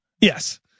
yes